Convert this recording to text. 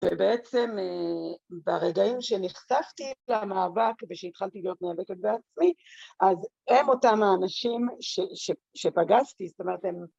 ובעצם, ברגעים שנחשפתי למאבק ושהתחלתי להיות נאבקת בעצמי, אז הם אותם האנשים שפגשתי, זאת אומרת, הם...